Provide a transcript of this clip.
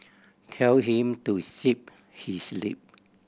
tell him to zip his lip